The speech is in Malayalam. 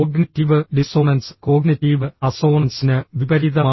കോഗ്നിറ്റീവ് ഡിസ്സോണൻസ് കോഗ്നിറ്റീവ് അസ്സോണൻസിന് വിപരീതമാണ്